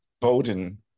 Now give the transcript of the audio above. Bowden